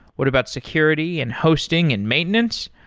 what about security and hosting and maintenance?